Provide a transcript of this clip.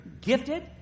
gifted